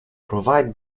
provide